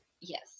Yes